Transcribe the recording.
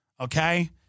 Okay